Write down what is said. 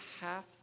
half